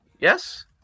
Yes